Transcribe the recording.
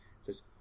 says